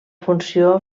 funció